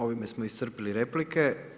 Ovime smo iscrpili replike.